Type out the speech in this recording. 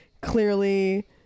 clearly